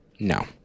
No